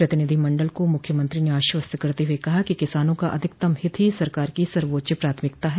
प्रतिनिधिमंडल को मुख्यमंत्री ने आश्वस्त करते हुए कहा कि किसानों का अधिकतम हित ही सरकार की सर्वोच्च प्राथमिकता है